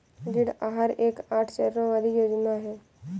ऋण आहार एक आठ चरणों वाली योजना है